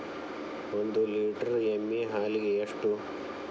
ಒಂದು ಲೇಟರ್ ಎಮ್ಮಿ ಹಾಲಿಗೆ ಎಷ್ಟು?